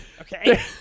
Okay